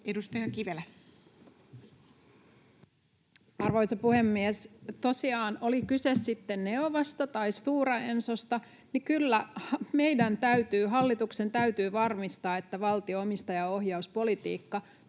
Content: Arvoisa puhemies! Tosiaan oli kyse sitten Neovasta tai Stora Ensosta, niin kyllä meidän täytyy, hallituksen täytyy, varmistaa, että valtion omistajaohjauspolitiikka